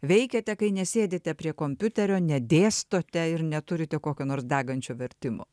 veikiate kai nesėdite prie kompiuterio nedėstote ir neturite kokio nors degančio vertimo